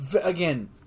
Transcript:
Again